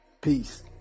peace